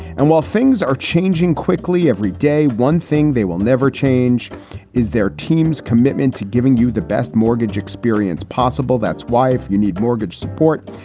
and while things are changing quickly every day, one thing they will never change is their team's commitment to giving you the best mortgage experience possible. that's why if you need mortgage support,